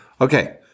Okay